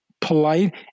polite